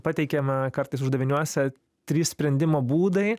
pateikiama kartais uždaviniuose trys sprendimo būdai